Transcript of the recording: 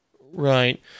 Right